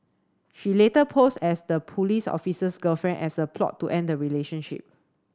she later posed as the police officer's girlfriend as a plot to end the relationship